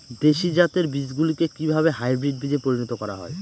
দেশি জাতের বীজগুলিকে কিভাবে হাইব্রিড বীজে পরিণত করা হয়?